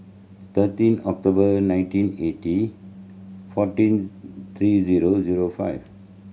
thirteen October nineteen eighty fourteen three zero zero five